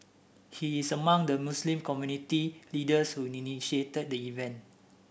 he is among the Muslim community leaders who initiated the event